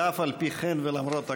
ואף על פי כן ולמרות הכול,